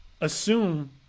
assume